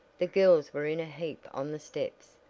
the girls were in a heap on the steps!